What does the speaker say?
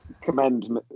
commend